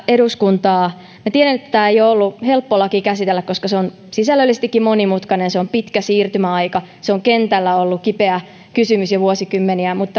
eduskuntaa minä tiedän että tämä ei ole ollut helppo laki käsitellä koska se on sisällöllisestikin monimutkainen siinä on pitkä siirtymäaika se on kentällä ollut kipeä kysymys jo vuosikymmeniä mutta